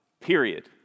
period